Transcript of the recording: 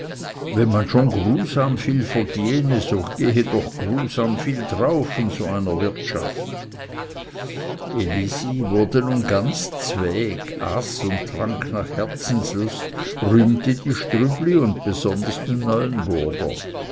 wenn man schon grusam viel verdiene so gehe doch grusam viel darauf so in einer wirtschaft elisi wurde nun ganz zweg aß und trank nach herzenslust rühmte die strübli und besonders den neuenburger